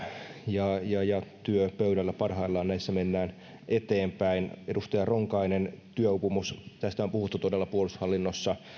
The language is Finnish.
ja työpöydällä parhaillaan näissä mennään eteenpäin edustaja ronkainen työuupumus tästä on puhuttu todella puolustushallinnossa